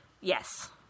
Yes